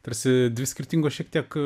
tarsi dvi skirtingos šiek tiek